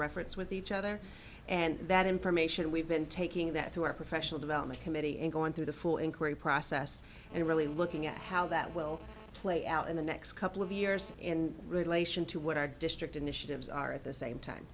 reference with each other and that information we've been taking that through our professional development committee and going through the full inquiry process and really looking at how that will play out in the next couple of years in relation to what our district initiatives are at the same time